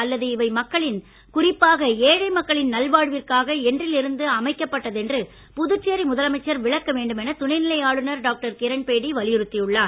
அல்லது இவை மக்களின் குறிப்பாக ஏழை மக்களின் நல்வாழ்விற்காக என்றில் இருந்து அமைக்கப்பட்டது என்று புதுச்சேரி முதலமைச்சர் விளக்க வேண்டும் என துணைநிலை ஆளுநர் டாக்கடர் கிரண்பேடி வலியுறுத்தியுள்ளார்